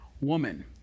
woman